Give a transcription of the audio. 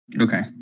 Okay